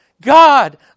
God